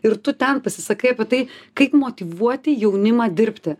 ir tu ten pasisakai apie tai kaip motyvuoti jaunimą dirbti